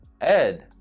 Ed